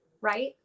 right